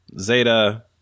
Zeta